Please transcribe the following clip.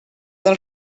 del